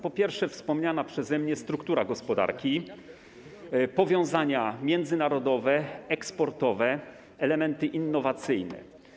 Po pierwsze, wspomniana przeze mnie struktura gospodarki, powiązania międzynarodowe, eksportowe i elementy innowacyjne.